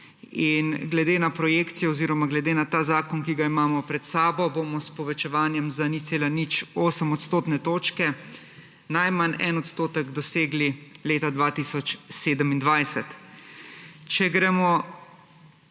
Glede na projekcijo oziroma glede na ta zakon, ki ga imamo pred sabo, bomo s povečevanjem za 0,08 odstotne točke najmanj en odstotek dosegli leta 2027. Če gremo